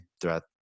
throughout